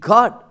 God